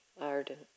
ardent